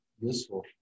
useful